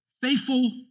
Faithful